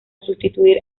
sustituir